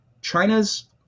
China's